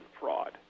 fraud